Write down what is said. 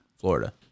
Florida